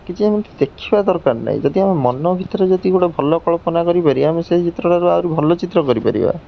କିଛି ଏମିତି ଦେଖିବା ଦରକାର ନାହିଁ ଯଦି ଆମେ ମନ ଭିତରେ ଯଦି ଗୋଟେ ଭଲ କଳ୍ପନା କରିପାରିବା ଆମେ ସେ ଚିତ୍ରଟାରୁ ଆହୁରି ଭଲ ଚିତ୍ର କରିପାରିବା